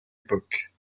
époque